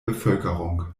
bevölkerung